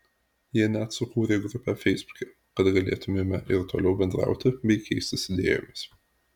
jie net sukūrė grupę feisbuke kad galėtumėme ir toliau bendrauti bei keistis idėjomis